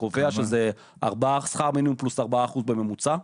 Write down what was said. שזה שכר מינימום פלוס ארבעה אחוזים בממוצע.